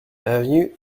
avenue